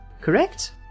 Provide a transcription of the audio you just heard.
correct